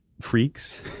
freaks